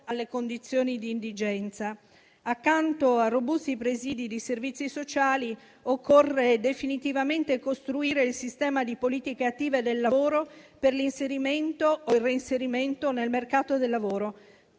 alle condizioni di indigenza. Accanto a robusti presidi di servizi sociali, occorre definitivamente costruire il sistema di politiche attive del lavoro per l'inserimento o il reinserimento nel mercato del lavoro. Tutti